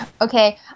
Okay